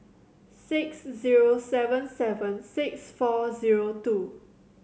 six zero seven seven six four zero two